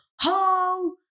Ho